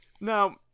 Now